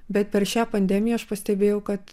bet per šią pandemiją aš pastebėjau kad